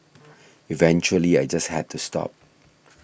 eventually I just had to stop